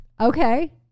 Okay